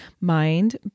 mind